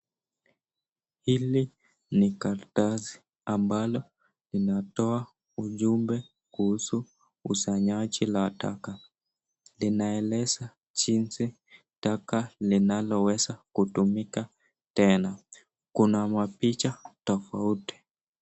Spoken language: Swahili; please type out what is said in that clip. Hili ni karatasi ambalo linatoa ujumbe kuhusu ukusanyaji la taka. Linaeleza jinsi taka linaloweza kutumika tena . Kuna mapicha tofauti.